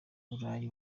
burayi